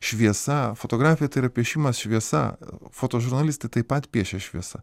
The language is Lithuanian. šviesa fotografija tai yra piešimas šviesa fotožurnalistai taip pat piešia šviesa